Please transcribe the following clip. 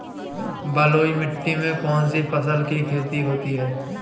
बलुई मिट्टी में कौनसी फसल की खेती होती है?